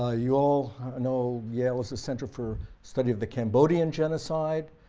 ah you all know yale has a center for study of the cambodian genocide,